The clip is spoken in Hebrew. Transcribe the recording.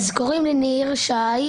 אז קוראים לי ניר שי.